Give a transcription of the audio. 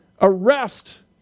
arrest